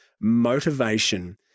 motivation